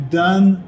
done